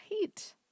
Right